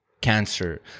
cancer